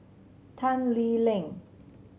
Tan Lee Leng